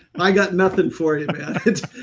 i got nothing for you yeah